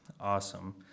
Awesome